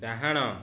ଡାହାଣ